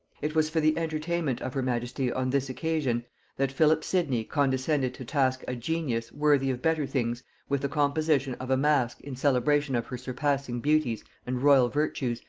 it was for the entertainment of her majesty on this occasion that philip sidney condescended to task a genius worthy of better things with the composition of a mask in celebration of her surpassing beauties and royal virtues,